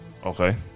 Okay